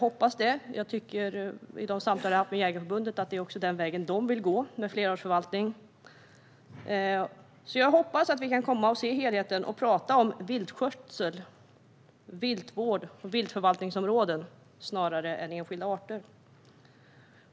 I de samtal jag har haft med Jägarförbundet har jag fått intrycket att också de vill gå denna väg, med flerartsförvaltning. Jag hoppas alltså att vi kan se helheten och tala om viltskötsel, viltvård och viltförvaltningsområden snarare än om enskilda arter.